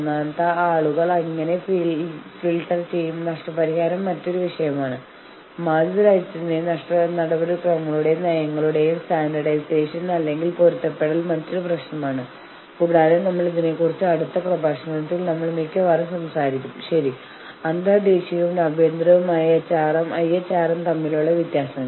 തൊഴിലാളികൾ ഒരു നീണ്ട സമരം നിലനിർത്താൻ തയ്യാറാണെന്നും അത് കമ്പനിയുടെ ലാഭത്തെ സാരമായി ബാധിക്കുകയും കമ്പനിയുടെ സ്ഥാനത്തെ അതിന്റെ എതിരാളികൾക്കെതിരെ ദുർബലപ്പെടുത്തുകയും ചെയ്യും എന്ന് മാനേജ്മെന്റിനെ ബോധ്യപ്പെടുത്താൻ ശ്രമിക്കുമ്പോൾ അവർ ഡിസ്ട്രിബൂട്ടീവ് ബാർഗ്ഗയിനിങ് ഉപയോഗിക്കുന്നു എന്ന് പറയാം